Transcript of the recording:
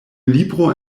libro